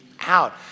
out